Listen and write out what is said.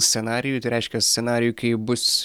scenarijui tai reiškia scenarijui kai bus